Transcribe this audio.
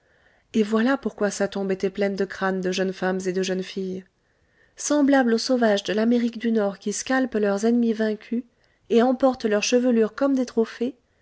et voilà pourquoi sa tombe était pleine de crânes de jeunes femmes et de jeunes filles semblable aux sauvages de l'amérique du nord qui scalpent leurs ennemis vaincus et emportent leurs chevelures comme des trophées